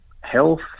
health